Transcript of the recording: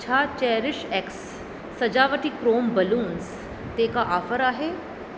छा cherish X सजावटी chrome balloons ते का ऑफर आहे